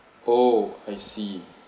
oh I see